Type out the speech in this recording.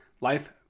life